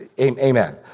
Amen